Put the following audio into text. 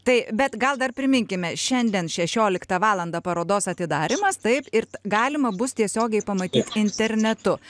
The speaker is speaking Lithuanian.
tai bet gal dar priminkime šiandien šešioliktą valandą parodos atidarymas taip ir galima bus tiesiogiai pamatyt internetu